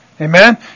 Amen